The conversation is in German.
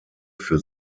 für